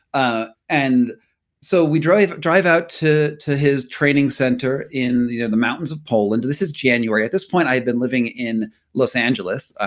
ah and so we drive drive out to to his training center in the the mountains of poland. this is january. at this point, i had been living in los angeles,